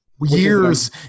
Years